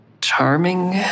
charming